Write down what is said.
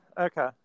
Okay